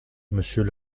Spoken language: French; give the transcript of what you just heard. monsieur